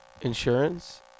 Insurance